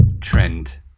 trend